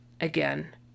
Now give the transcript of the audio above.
again